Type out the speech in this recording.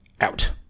out